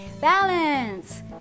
Balance